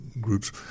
groups